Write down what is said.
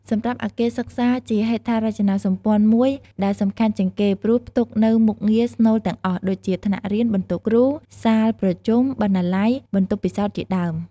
សម្រាប់អគារសិក្សា ជាហេដ្ឋារចនាសម្ព័ន្ធមួយដែលសំខាន់ជាងគេ ព្រោះផ្ទុកនូវមុខងារស្នូលទាំងអស់ ដូចជា ថ្នាក់រៀន បន្ទប់គ្រូ សាលប្រជុំ បណ្ណាល័យ បន្ទប់ពិសោធន៍ជាដើម។